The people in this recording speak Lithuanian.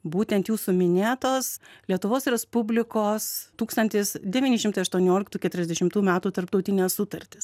būtent jūsų minėtos lietuvos respublikos tūkstantis devyni šimtai aštuonioliktų keturiasdešimtų metų tarptautinės sutartys